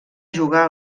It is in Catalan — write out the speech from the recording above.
jugar